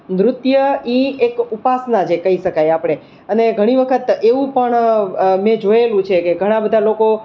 નૃત્ય એ એક ઉપાસના છે જે કહી શકાય આપણે અને ઘણી વખત એવું પણ મેં જોયેલું છે કે ઘણા બધા લોકો